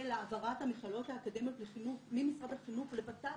להעברת המכללות האקדמיות לחינוך ממשרד החינוך לות"ת